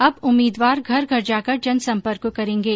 अब उम्मीदवार घर घर जाकर जनसंपर्क करेगे